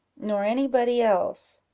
nor any body else.